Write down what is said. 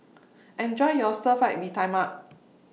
Enjoy your Stir Fry Mee Tai Mak